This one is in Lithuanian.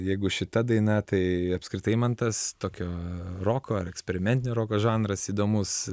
jeigu šita daina tai apskritai man tas tokio roko ar eksperimentinio roko žanras įdomus